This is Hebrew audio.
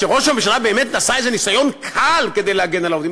כשראש הממשלה באמת עשה איזה ניסיון קל כדי להגן על העובדים,